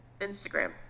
Instagram